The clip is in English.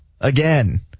again